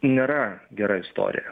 nėra gera istorija